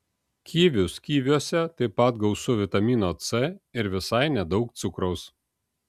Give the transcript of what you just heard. kivius kiviuose taip pat gausu vitamino c ir visai nedaug cukraus